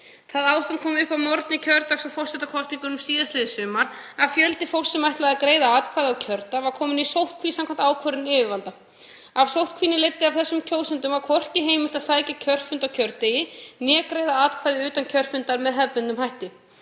Það ástand kom upp að morgni kjördags í forsetakosningunum síðastliðið sumar að fjöldi fólks sem ætlaði að greiða atkvæði á kjördag var kominn í sóttkví samkvæmt ákvörðun yfirvalda. Af sóttkvínni leiddi að þessum kjósendum var hvorki heimilt að sækja kjörfund á kjördegi né greiða atkvæði utan kjörfundar með hefðbundnum hætti.